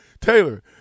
Taylor